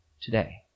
today